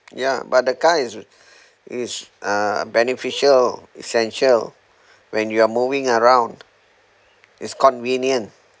yeah but the car is is uh beneficial essential when you are moving around it's convenient